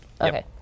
Okay